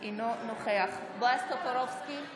אינו נוכח בועז טופורובסקי,